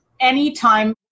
anytime